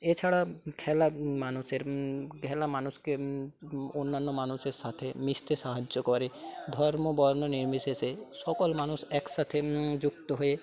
এছাড়া খেলা মানুষের খেলা মানুষকে অন্যান্য মানুষের সাথে মিশতে সাহায্য করে ধর্ম বর্ণ নির্বিশেষে সকল মানুষ একসাথে যুক্ত হয়ে